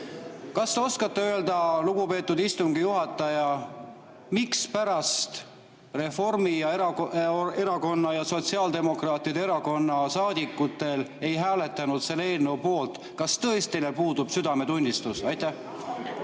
Kas te oskate öelda, lugupeetud istungi juhataja, mispärast Reformierakonna ja Sotsiaaldemokraatliku Erakonna saadikud ei hääletanud selle eelnõu poolt? Kas neil tõesti puudub südametunnistus? (Hääled